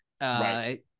Right